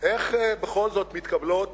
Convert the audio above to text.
איך בכל זאת מתקבלות